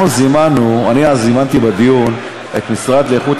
אני אז זימנתי לדיון את המשרד להגנת